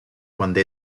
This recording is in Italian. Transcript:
quando